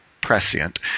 prescient